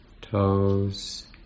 Toes